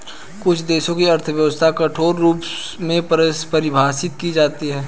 कुछ देशों की अर्थव्यवस्था कठोर रूप में परिभाषित की जाती हैं